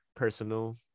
personal